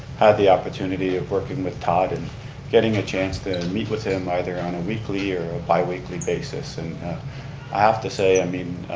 had the opportunity of working with todd and getting a chance to and meet with him either on a weekly or a bi-weekly basis, and i have to say, i mean,